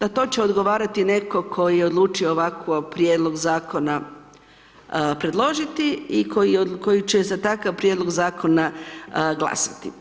Na to će odgovarati netko tko je odlučio ovako prijedlog zakona predložio i koji će za takav prijedlog zakona glasati.